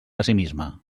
pessimisme